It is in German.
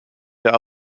der